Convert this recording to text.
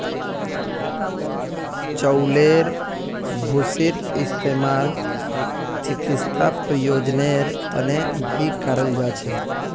चउलेर भूसीर इस्तेमाल चिकित्सा प्रयोजनेर तने भी कराल जा छे